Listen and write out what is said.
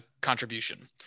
contribution